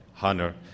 honor